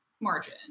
margin